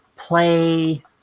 Play